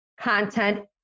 Content